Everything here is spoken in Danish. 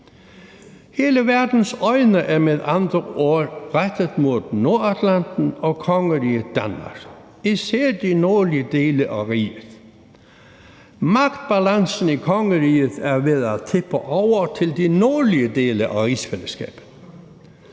Hele verdens øjne er med andre ord rettet imod Nordatlanten og kongeriget Danmark, især de nordlige dele af riget. Magtbalancen i kongeriget er ved at tippe over til de nordlige dele af rigsfællesskabet.